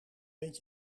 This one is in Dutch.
bent